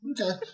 Okay